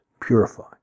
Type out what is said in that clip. purify